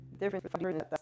different